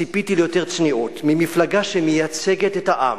ציפיתי ליותר צניעות ממפלגה שמייצגת את העם.